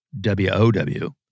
W-O-W